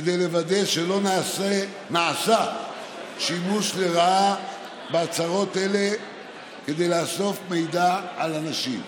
כדי לוודא שלא נעשה שימוש לרעה בהצהרות אלה כדי לאסוף מידע על אנשים.